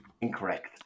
Incorrect